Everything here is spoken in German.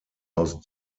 aus